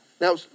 Now